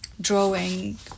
drawing